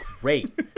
great